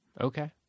Okay